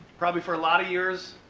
probably for a lot of years,